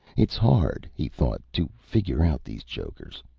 it's hard, he thought, to figure out these jokers,